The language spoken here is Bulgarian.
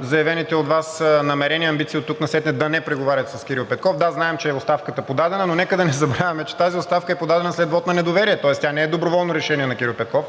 заявените от Вас намерения и амбиции оттук насетне да не преговаряте с Кирил Петков. Да, знаем, че оставката е подадена, но нека да не забравяме, че тази оставка е подадена след вот на недоверие, тоест тя не е доброволно решение на Кирил Петков.